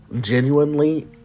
Genuinely